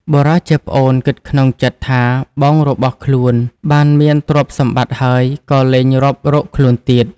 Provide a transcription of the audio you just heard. បុរសជាប្អូនគិតក្នុងចិត្តថាបងរបស់ខ្លួនបានមានទ្រព្យសម្បត្តិហើយក៏លែងរាប់រកខ្លួនទៀត។